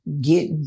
get